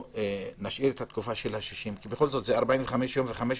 נשאיר את התקופה של ה-60 זה 45 ו-15,